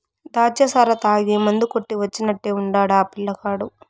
దాచ్చా సారా తాగి మందు కొట్టి వచ్చినట్టే ఉండాడు ఆ పిల్లగాడు